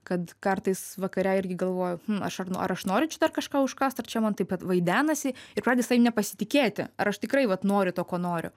kad kartais vakare irgi galvoju aš ar nor ar aš noriu čia dar kažką užkąst ar čia man taip pat vaidenasi ir pradedi savim nepasitikėti ar aš tikrai vat noriu to ko noriu